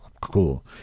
Cool